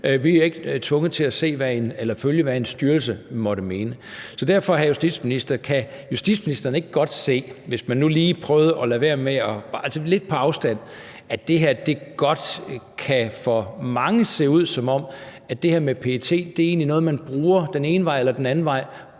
vi er ikke tvunget til at følge, hvad en styrelse måtte mene. Derfor vil jeg spørge justitsministeren: Kan justitsministeren ikke godt se, hvis man nu lige prøvede at se det lidt på afstand, at det her godt for mange kan se ud, som om at det her med PET egentlig er noget, man bruger den ene vej eller den anden vej,